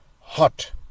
hot